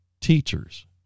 teachers